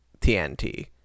TNT